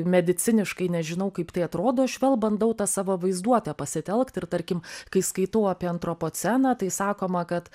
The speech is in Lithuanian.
mediciniškai nežinau kaip tai atrodo aš vėl bandau tą savo vaizduotę pasitelkt ir tarkim kai skaitau apie antropoceną tai sakoma kad